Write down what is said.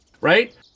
right